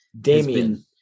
Damien